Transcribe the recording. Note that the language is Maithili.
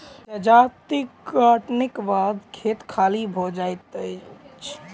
जजाति कटनीक बाद खेत खाली भ जाइत अछि